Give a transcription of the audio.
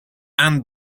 and